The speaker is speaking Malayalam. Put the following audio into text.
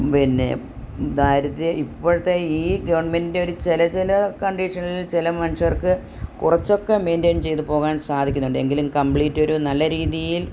പിന്നെ ദാരിദ്ര്യം ഇപ്പോഴത്തെ ഈ ഗവൺമെൻ്റിൻ്റെ ഒരു ചില ചില കണ്ടീഷനിൽ ചില മനുഷ്യർക്ക് കുറച്ചൊക്കെ മെയിൻ്റയിൻ ചെയ്ത് പോകാൻ സാധിക്കുന്നുണ്ട് എങ്കിലും കമ്പ്ലീറ്റ് ഒരു നല്ല രീതിയിൽ